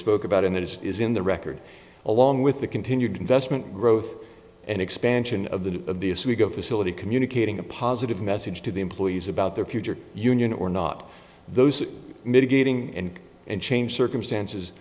spoke about and that is in the record along with the continued investment growth and expansion of the of the as we go facility communicating a positive message to the employees about their future union or not those mitigating and and changed circumstances